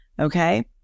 Okay